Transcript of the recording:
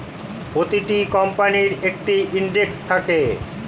প্রতিটা কোম্পানির একটা ইন্ডেক্স থাকে